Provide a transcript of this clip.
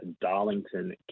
Darlington